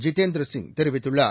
ஜிதேந்திர சிங் தெரிவித்துள்ளார்